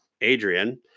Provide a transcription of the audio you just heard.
Adrian